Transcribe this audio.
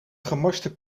gemorste